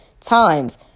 times